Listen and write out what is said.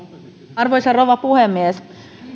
arvoisa rouva puhemies